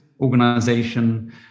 organization